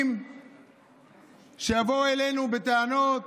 שיבואו אלינו בטענות